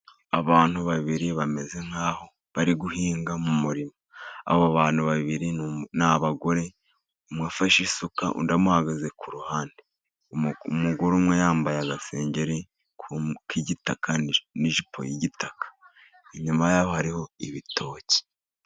Abantu babiri bameze nk'aho bari guhinga mu murima. Abo bantu babiri ni abagore, umwe afashe isuka undi amuhagaze ku ruhande, umugore umwe yambaye agasengengeri k'igitaka n'ijipo y'igitaka, inyuma yaho hariho ibitoki.